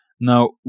Now